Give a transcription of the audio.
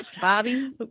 Bobby